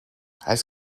als